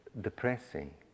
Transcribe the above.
depressing